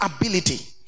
ability